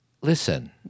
listen